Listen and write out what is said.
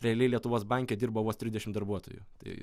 realiai lietuvos banke dirbo vos trisdešim darbuotojų tai